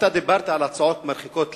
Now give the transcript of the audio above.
אתה דיברת על הצעות מרחיקות לכת.